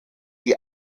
die